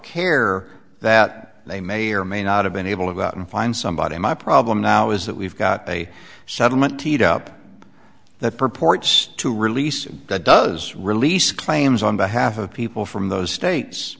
care that they may or may not have been able about and find somebody my problem now is that we've got a settlement teed up that purports to release that does release claims on behalf of people from those states